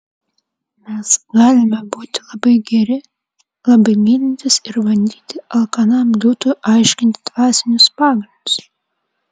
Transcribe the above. mes galime būti labai geri labai mylintys ir bandyti alkanam liūtui aiškinti dvasinius pagrindus